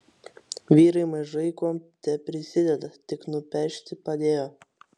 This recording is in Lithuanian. vyrai mažai kuom teprisideda tik nupešti padėjo